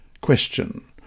Question